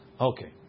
Okay